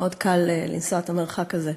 מאוד קל לנסוע את המרחק הזה.